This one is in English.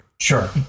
Sure